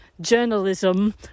journalism